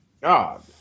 God